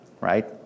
right